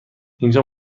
اینجا